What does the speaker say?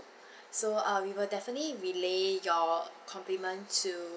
so uh we will definitely relay your compliments to